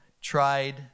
Tried